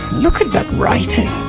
look at that writing.